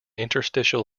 interstitial